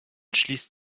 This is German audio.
schließt